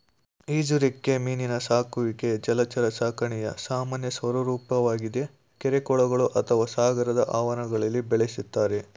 ಈಜುರೆಕ್ಕೆ ಮೀನಿನ ಸಾಕುವಿಕೆ ಜಲಚರ ಸಾಕಣೆಯ ಸಾಮಾನ್ಯ ಸ್ವರೂಪವಾಗಿದೆ ಕೆರೆ ಕೊಳಗಳು ಅಥವಾ ಸಾಗರದ ಆವರಣಗಳಲ್ಲಿ ಬೆಳೆಸ್ತಾರೆ